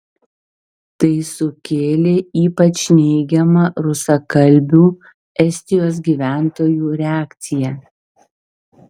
tai sukėlė ypač neigiamą rusakalbių estijos gyventojų reakciją